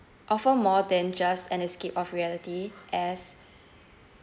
offer more than just an escape of reality as